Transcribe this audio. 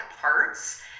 parts